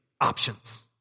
options